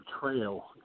trail